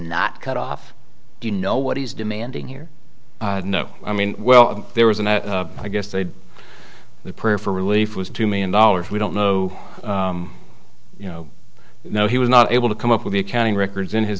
not cut off do you know what he's demanding here no i mean well there was and i guess they the prayer for relief was two million dollars we don't know you know now he was not able to come up with the accounting records in his